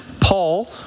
Paul